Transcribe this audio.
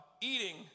Eating